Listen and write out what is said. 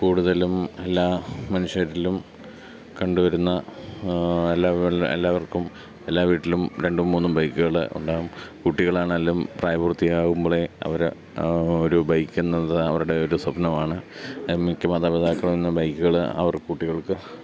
കൂടുതലും എല്ലാ മനുഷ്യരിലും കണ്ടുവരുന്ന എല്ലാവർക്കും എല്ലാ വീട്ടിലും രണ്ടും മൂന്നും ബൈക്കുകൾ ഉണ്ടാകും കുട്ടികളാണെങ്കിലും പ്രായപൂർത്തിയാകുമ്പോഴെ അവർ ഒരു ബൈക്ക് എന്നത് അവരുടെ ഒരു സ്വപ്നമാണ് മിക്ക മാതപിതാക്കളും ഇന്ന് ബൈക്കുകൾ അവർ കുട്ടികൾക്ക്